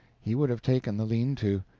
he would have taken the lean-to.